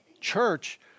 church